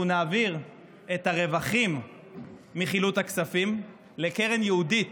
אנחנו נעביר את הרווחים מחילוט הכספים לקרן ייעודית,